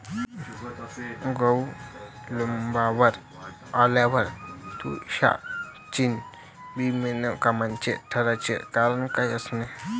गहू लोम्बावर आल्यावर तुषार सिंचन बिनकामाचं ठराचं कारन का असन?